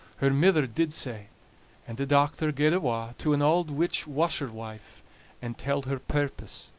her mither did sae and the dochter gaed awa' to an auld witch washerwife and telled her purpose.